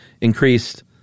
increased